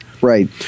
right